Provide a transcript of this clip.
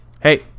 Hey